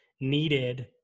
needed